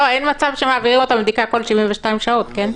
אין מצב שמעבירים אותם בדיקה כל 72 שעות, כן?